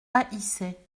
haïssais